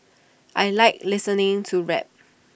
I Like listening to rap